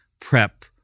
prep